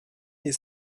les